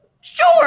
Sure